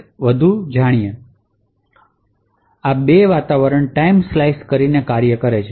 તેથી અનિવાર્યપણે આ બે વાતાવરણ ટાઇમ સ્લાઇસ કરી કાર્ય કરે છે